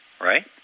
right